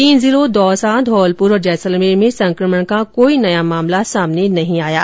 तीन जिलों दौसा धौलपुर और जैसलमेर में संकमण का कोई भी नया मामला सामने नहीं आया है